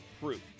proof